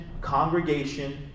congregation